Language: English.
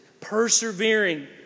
persevering